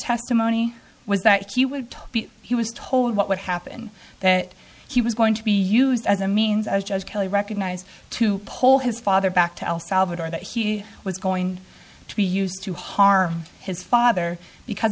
testimony was that he would talk he was told what would happen that he was going to be used as a means as judge kelly recognized to poll his father back to el salvador that he was going to be used to harm his father because